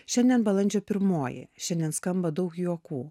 šiandien balandžio pirmoji šiandien skamba daug juokų